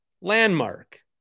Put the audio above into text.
Landmark